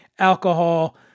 alcohol